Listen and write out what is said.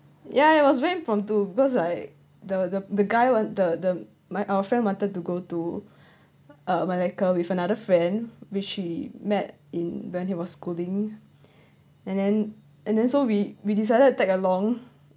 ya it was very impromptu because like the the the guy [one] the the my our friend wanted to go to uh malacca with another friend which she met in when he was schooling and then and then so we we decided to tag along